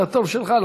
זה התור שלך,